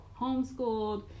homeschooled